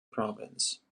province